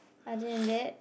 other than that